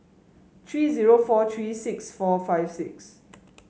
three zero four three six four five six